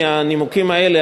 מהנימוקים האלה,